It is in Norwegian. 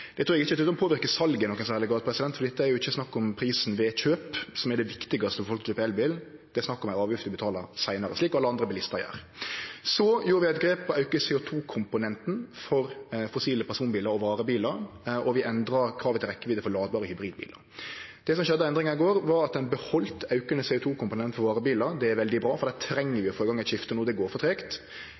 trur eg ikkje vil påverke salet i nokon særleg grad, for det er ikkje snakk om prisen ved kjøp, som er det viktigaste når folk kjøper elbil. Det er snakk om ei avgift ein betaler seinare, slik alle andre bilistar gjer. Vi gjorde også eit grep for å auke CO 2 -komponenten for fossile personbilar og varebilar, og vi endra kravet til rekkjevidde for ladbare hybridbilar. Det som skjedde ved endringa i går, var at ein beheldt auken i CO 2 -komponenten for varebilar. Det er veldig bra, for der treng vi å få i gang eit skifte no, for det går for tregt,